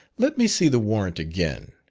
let me see the warrant again.